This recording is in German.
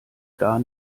gar